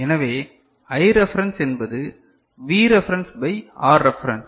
எனவே I reference என்பது V reference by R reference